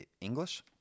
English